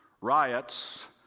Riots